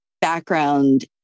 background